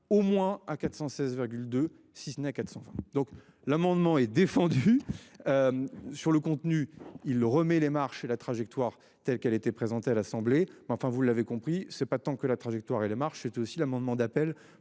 au moins à 416,2 si ce n'est qu'elle s'en va donc l'amendement est défendu. Sur le contenu, il remet les marches la trajectoire telle qu'elle était présenté à l'Assemblée. Mais enfin vous l'avez compris, c'est pas tant que la trajectoire et les marches aussi l'amendement d'appel